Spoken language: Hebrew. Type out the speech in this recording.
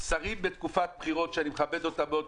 שרים בתקופת בחירות שאני מכבד אותם מאוד,